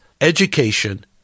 Education